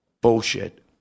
Bullshit